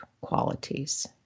qualities